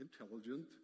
intelligent